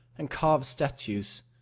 and carve statues,